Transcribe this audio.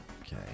Okay